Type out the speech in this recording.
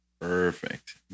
Perfect